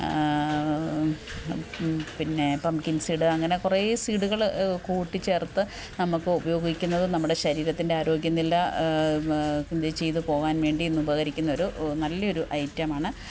പിന്നെ pumpkin seed അങ്ങനെ കുറെ സീഡുകൾ കൂട്ടിച്ചേർത്ത് നമുക്ക് ഉപയോഗിക്കുന്നത് നമ്മുടെ ശരീരത്തിൻ്റെ ആരോഗ്യ നില ചെയ്തു പോവാൻ വേണ്ടി ഇന്ന് ഉപകരിക്കുന്നൊരു നല്ല ഒരു ഐറ്റമാണ്